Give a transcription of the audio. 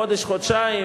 חודש-חודשיים,